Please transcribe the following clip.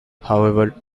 however